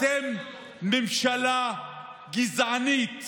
אתם ממשלה גזענית,